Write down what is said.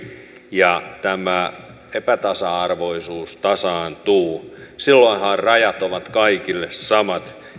ja tämä epätasa arvoisuus tasaantuu silloinhan rajat ovat kaikille samat